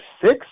six